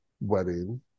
wedding